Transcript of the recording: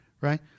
right